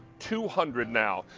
two hundred now.